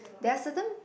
there are certain